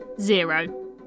Zero